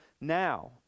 now